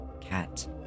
cat